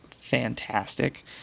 fantastic